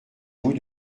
vous